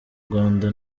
rwanda